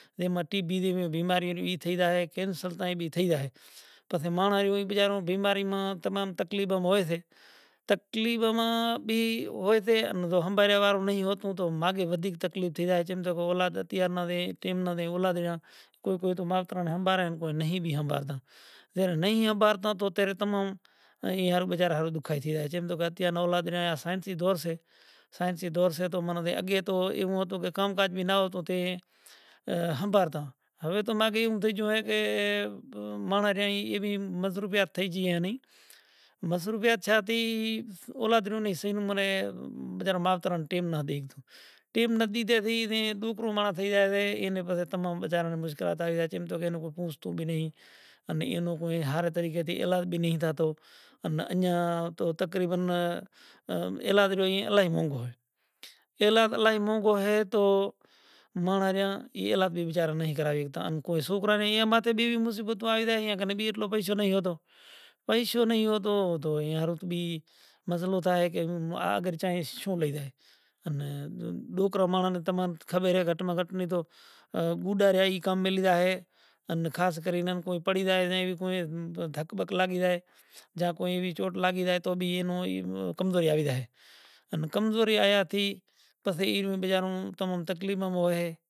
نشکام بھگتی کر رہے سو فرض ماں بھگتی کرے ریو سے تو وشوامنتر کیدہو کہ ہوں تماں ناں اوس اے پرکھ لیش تو گرو دیو کیدہو توں اوس بھلے ہی پارکھ لے۔ وشوا منتر ایئں تھے نیہکریا راجا ہریچند نی راجدھانی میں پوہتیا زا رے محلات اندر ڈھڑیا تو ماتھے راجا ہریچندر اترتا ریا تو وشوامنتر کیدہو ہوں ہوے راج پاٹ مانگی لیو سوں پنڑ گرو نی دیا پرماتما نی ایوی ہتی کہ راجا منتر وشوامنتر نو مونڈو بھی ناں کھلیو تو زا تی راجا ہریچندر نی ملکیت نی راجدھانی ای مانگی لیو تو وشوامنتر من میں ویچار کریو کہ برابر شکتی تو سے، وشوامنتر تو وڑی پاچھا آیا وڑے ویچار کریو کہ ہوے چیوں کراں تھی تو راجا ہریچندر جو ریا ای پوہتا نوں راجدھانی ای منو بدہو ئی ہالے ناکھے تو پوہتے ئی شوں کریو راجا ہریچند جاتا تو پوہتانیں وشوامنتر سپنا میں جگاڑے اپسرانڑیوں رمتیوں تھیوں